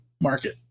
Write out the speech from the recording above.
market